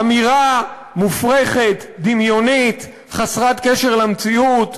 אמירה מופרכת, דמיונית, חסרת קשר למציאות,